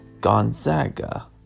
Gonzaga